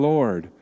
Lord